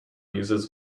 uses